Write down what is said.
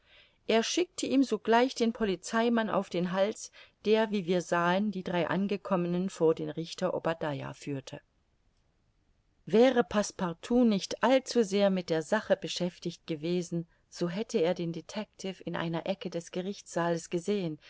er schickte ihm sogleich den polizeimann auf den hals der wie wir sahen die drei angekommenen vor den richter obadiah führte wäre passepartout nicht allzusehr mit der sache beschäftigt gewesen so hätte er den detectiv in einer ecke des gerichtssaales gesehen